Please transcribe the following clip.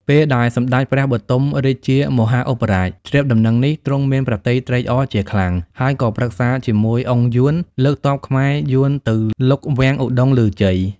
ពេលដែល សម្តេចព្រះបទុមរាជាមហាឧបរាជ ជ្រាបដំណឹងនេះ ទ្រង់មានព្រះទ័យត្រេកអរជាខ្លាំង ហើយក៏ប្រឹក្សាជាមួយ អុងយួន លើកទ័ពខ្មែរ-យួនទៅលុកវាំងឧត្តុង្គឮជ័យ។